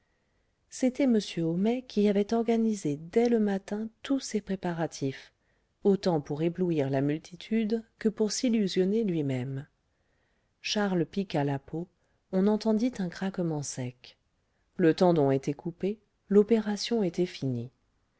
c'était m homais qui avait organisé dès le matin tous ces préparatifs autant pour éblouir la multitude que pour s'illusionner lui-même charles piqua la peau on entendit un craquement sec le tendon était coupé l'opération était finie